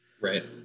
Right